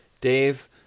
Dave